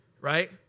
right